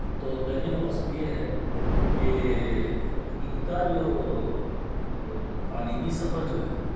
تو کہنے کا مقصد یہ ہے کہ ان کا جو تعلیمی سفر جو ہے